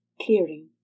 clearing